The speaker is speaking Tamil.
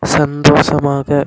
சந்தோஷமாக